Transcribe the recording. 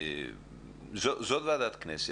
זו ועדה של הכנסת.